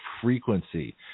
Frequency